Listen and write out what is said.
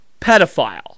pedophile